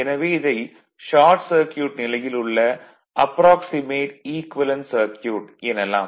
எனவே இதை short circuit நிலையில் உள்ள அப்ராக்சிமேட் ஈக்குவேலன்ட் சர்க்யூட் எனலாம்